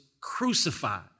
crucified